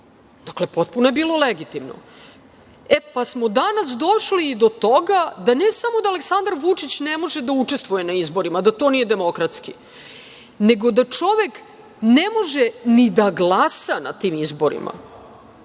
Dakle, potpuno je bilo legitimno. Pa, danas smo došli i do toga da ne samo da Aleksandar Vučić ne može da učestvuje na izborima, da to nije demokratski, nego da čovek ne može ni da glasa na tim izborima,